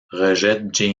rejette